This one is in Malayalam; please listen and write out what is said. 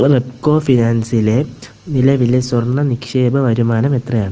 റെപ്കോ ഫിനാൻസിലെ നിലവിലെ സ്വർണ നിക്ഷേപ വരുമാനം എത്രയാണ്